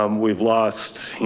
um we've lost,